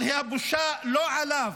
אבל הבושה היא לא שלו,